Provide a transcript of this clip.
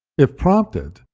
if prompted,